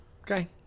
Okay